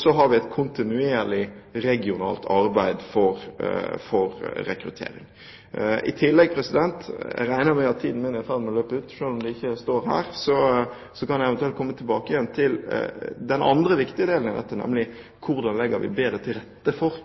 Så har vi et kontinuerlig regionalt arbeid for rekruttering. Jeg regner med at taletiden min er i ferd med å renne ut – selv om det ikke står her – men jeg kan eventuelt komme tilbake til den andre viktige delen i dette, nemlig hvordan vi legger bedre til rette for